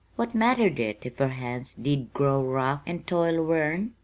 what mattered it if her hands did grow rough and toil-worn?